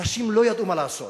אנשים לא ידעו מה לעשות,